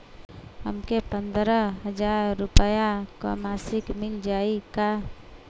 हमके पन्द्रह हजार रूपया क मासिक मिल जाई का?